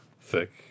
thick